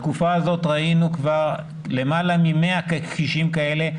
בתקופה הזאת ראינו כבר למעלה מ-100 קשישים כאלה,